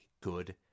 good